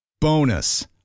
Bonus